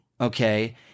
okay